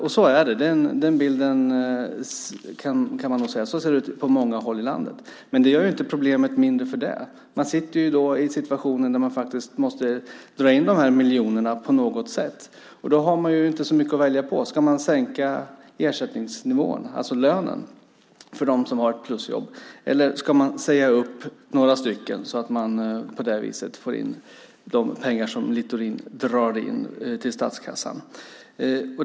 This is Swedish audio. Och så är det. Så ser det ut på många håll i landet. Men det gör ju inte problemet mindre. Man sitter i situationer där man faktiskt måste dra in de här miljonerna på något sätt, och då har man inte så mycket att välja på. Ska man sänka ersättningsnivån, alltså lönen, för dem som har plusjobb? Eller ska man säga upp några stycken så att man på det viset får in de pengar som Littorin drar in till statskassan?